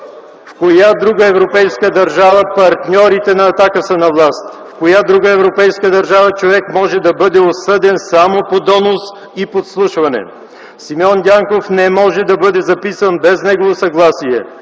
В коя друга европейска държава партньорите на „Атака” са на власт? В коя друга европейска държава човек може да бъде осъден само по донос и подслушване? Симеон Дянков не може да бъде записан без негово съгласие,